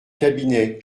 cabinet